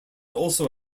also